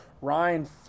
ryan